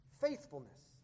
faithfulness